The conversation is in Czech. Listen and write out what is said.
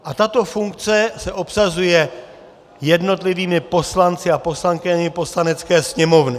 A tato funkce se obsazuje jednotlivými poslanci a poslankyněmi Poslanecké sněmovny.